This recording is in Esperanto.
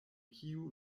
kiu